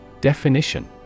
Definition